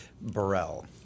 Burrell